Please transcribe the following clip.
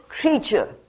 creature